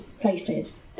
places